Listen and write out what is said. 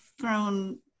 thrown